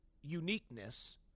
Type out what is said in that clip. uniqueness